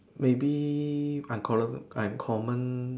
maybe uncommon uncommon